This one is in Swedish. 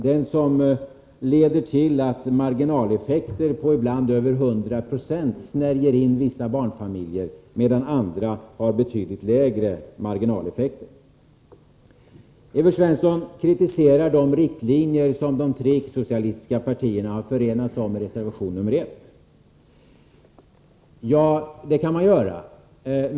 Det systemet leder till att marginaleffekter på ibland över 100 96 snärjer in vissa barnfamiljer, medan andra har betydligt lägre marginaleffekter. Evert Svensson kritiserar de riktlinjer som de tre icke-socialistiska partierna har förenat sig om i reservation nr 1. Ja, det kan man göra.